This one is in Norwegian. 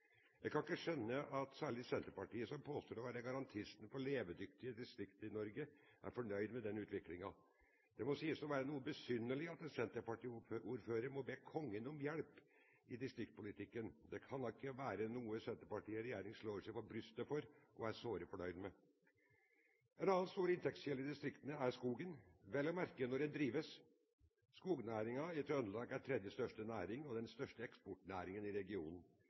Jeg kan ikke skjønne at Senterpartiet, som påstår å være garantist for levedyktige distrikter i Norge, er fornøyd med denne utviklingen. Det må sies å være noe besynderlig at en senterpartiordfører må be Kongen om hjelp i distriktspolitikken. Det kan i alle fall ikke være noe Senterpartiet i regjering slår seg til brystet for og er såre fornøyd med. En annen stor inntektskilde i distriktene er skogen – vel å merke når den drives. Skognæringen er Trøndelags tredje største næring og den største eksportnæringen i regionen.